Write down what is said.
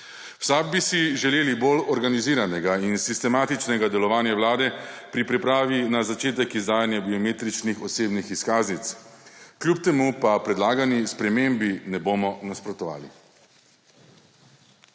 SAB bi si želeli bolj organiziranega in sistematičnega delovanja Vlade pri pripravi na začetek izdajanja biometričnih osebnih izkaznic, kljub temu pa predlagani spremembi ne bomo nasprotovali.